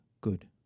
good